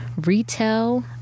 retail